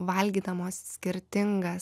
valgydamos skirtingas